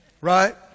Right